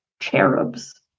cherubs